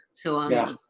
so on.